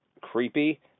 creepy